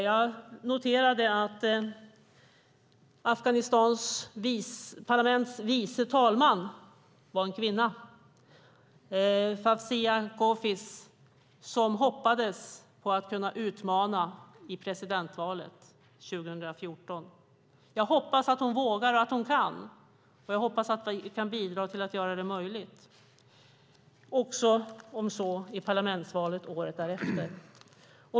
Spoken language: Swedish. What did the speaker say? Jag noterade att Afghanistans parlaments vice talman var en kvinna, Fawzia Koofi, som hoppades på att kunna utmana i presidentvalet 2014. Jag hoppas att hon vågar och att hon kan, och jag hoppas att vi kan bidra till att göra det möjligt, om inte annat så i parlamentsvalet året därefter.